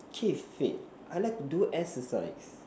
keep fit I like to do exercise